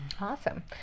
Awesome